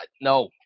no